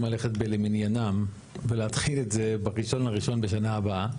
ללכת ב-למניינם ולהתחיל את זה ב-1.1 בשנה הבאה.